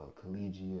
collegiate